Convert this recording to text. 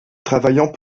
travaillant